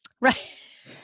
Right